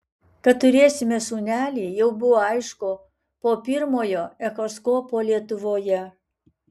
kad turėsime sūnelį jau buvo aišku po pirmojo echoskopo lietuvoje